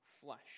flesh